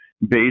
based